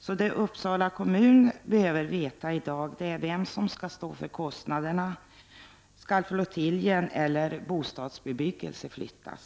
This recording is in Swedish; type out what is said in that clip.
Vad Uppsala kommun behöver veta i dag är vem som skall stå för kostnaderna. Skall flottiljen eller bostadsbebyggelsen flyttas?